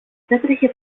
έτρεχε